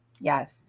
yes